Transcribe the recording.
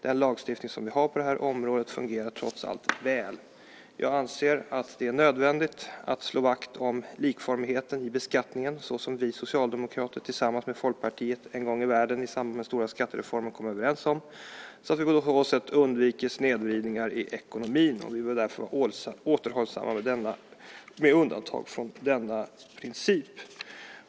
Den lagstiftning som vi har på det här området fungerar trots allt väl. Jag anser att det är nödvändigt att slå vakt om likformigheten i beskattningen, såsom vi socialdemokrater tillsammans med Folkpartiet en gång i världen i samband med den stora skattereformen kom överens om, så att vi undviker snedvridningar i ekonomin. Vi vill därför vara återhållsamma med undantag från denna princip.